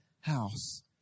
house